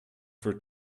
for